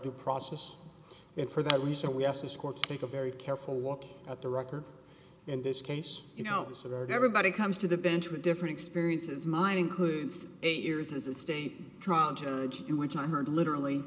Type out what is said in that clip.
due process that for that reason we asked this court to take a very careful walk at the record in this case you know sort of everybody comes to the bench with different experiences mine includes eight years as a state trial judge in which i've heard literally